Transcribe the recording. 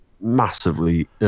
massively